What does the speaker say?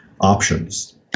options